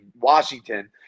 washington